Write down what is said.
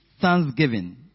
thanksgiving